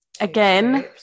Again